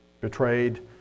Betrayed